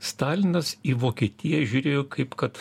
stalinas į vokietiją žiūrėjo kaip kad